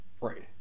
Right